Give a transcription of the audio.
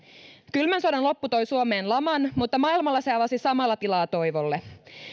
kylmän sodan loppu toi suomeen laman mutta maailmalla se avasi samalla tilaa toivolle